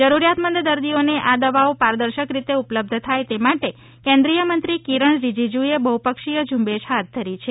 જરૂરિયાતમંદ દર્દીઓને આ દવાઓ પારદર્શક રીતે ઉપલબ્ધ થાય તે માટે કેન્દ્રીય મંત્રી કિરણ રીજીજુએ બહુપક્ષીય ઝુંબેશ હાથ ધરી છે